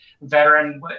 veteran